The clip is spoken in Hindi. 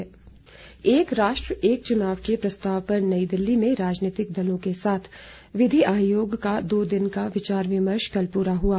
विधि आयोग एक राष्ट्र एक चुनाव के प्रस्ताव पर नई दिल्ली में राजनीतिक दलों के साथ विधि आयोग का दो दिन का विचार विमर्श कल प्रा हुआ